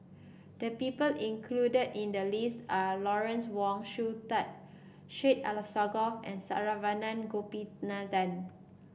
the people included in the list are Lawrence Wong Shyun Tsai Syed Alsagoff and Saravanan Gopinathan